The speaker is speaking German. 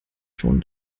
schon